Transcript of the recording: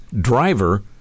driver